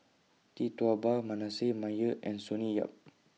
Tee Tua Ba Manasseh Meyer and Sonny Yap